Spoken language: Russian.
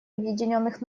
объединенных